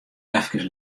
efkes